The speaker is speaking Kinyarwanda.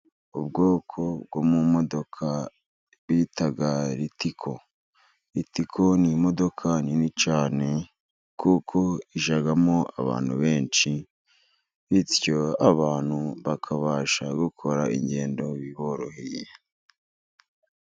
Ubwoko bwo mu modoka bita ritiko. Ritiko ni imodoka nini cyane, kuko ijyamo abantu benshi, bityo abantu bakabasha gukora ingendo biboroheye.